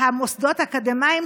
המוסדות האקדמיים,